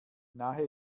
nahe